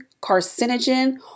carcinogen